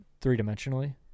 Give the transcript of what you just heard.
three-dimensionally